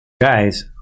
Guys